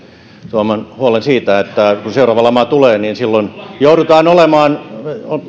tuoman huolen siitä että kun seuraava lama tulee niin silloin joudutaan